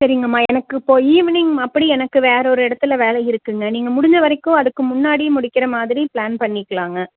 சரிங்கம்மா எனக்கு இப்போ ஈவ்னிங் அப்படி எனக்கு வேறு ஒரு இடத்துல வேலை இருக்குங்க நீங்கள் முடிஞ்ச வரைக்கும் அதுக்கு முன்னாடி முடிக்கிற மாதிரி பிளான் பண்ணிக்கலாங்க